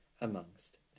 amongst